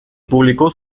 publicó